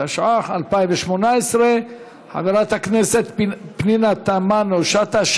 התשע"ח 2018. חברת הכנסת פנינה תמנו-שטה,